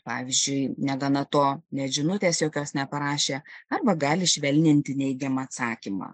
pavyzdžiui negana to net žinutės jokios neparašė arba gali švelninti neigiamą atsakymą